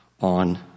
on